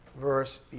verse